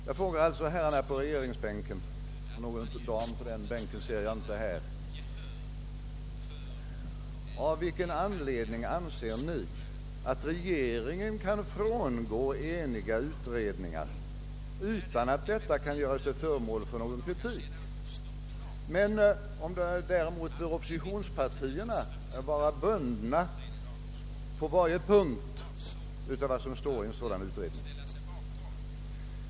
Jag frågar därför herrarna på regeringsbänken — någon dam på regeringsbänken kan jag inte se: Av vilken anledning anser ni att regeringen för sin del kan frångå enhälliga utredningar utan att detta kan göras föremål för någon kritik, medan däremot oppositionspartierna bör vara bundna på varje punkt av vad som står i en sådan utredning?